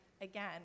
again